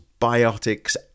biotics